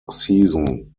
season